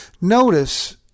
Notice